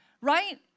Right